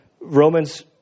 Romans